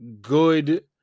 good